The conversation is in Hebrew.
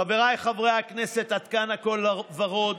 חבריי חברי הכנסת, עד כאן הכול ורוד.